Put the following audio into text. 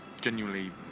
genuinely